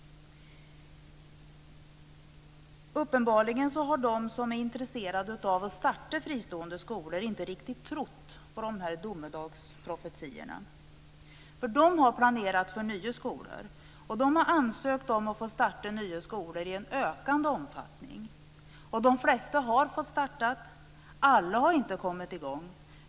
Uppenbarligen har de som är intresserade av att starta fristående skolor inte riktigt trott på domedagsprofetiorna, för de har planerat för nya skolor. De har ansökt om att få starta nya skolor i en ökande omfattning. De flesta har fått starta. Alla har inte kommit i gång.